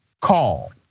call